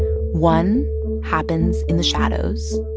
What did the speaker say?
one happens in the shadows,